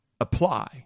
apply